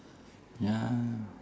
ya